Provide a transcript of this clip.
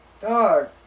Dog